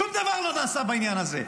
שום דבר לא נעשה בעניין הזה.